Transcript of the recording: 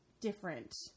different